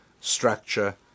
structure